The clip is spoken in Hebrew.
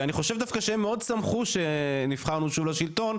ואני חושב דווקא שהם מאוד שמחו שנבחרנו שוב לשלטון,